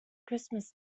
christmas